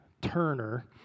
Turner